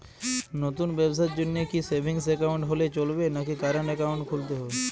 নতুন ব্যবসার জন্যে কি সেভিংস একাউন্ট হলে চলবে নাকি কারেন্ট একাউন্ট খুলতে হবে?